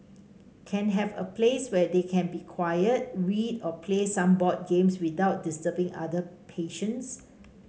can have a place where they can be quiet read or play some board games without disturbing other patients